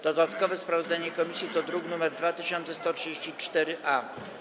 Dodatkowe sprawozdanie komisji to druk nr 2134-A.